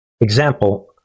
example